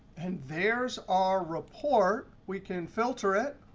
and there's our report. we can filter it.